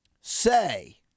say